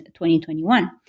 2021